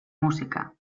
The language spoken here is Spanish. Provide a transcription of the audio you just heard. música